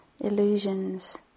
illusions